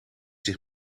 zich